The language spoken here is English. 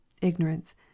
IGNORANCE